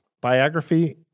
Biography